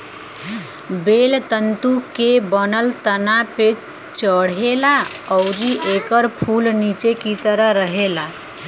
बेल तंतु के बनल तना पे चढ़ेला अउरी एकर फूल निचे की तरफ रहेला